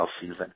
season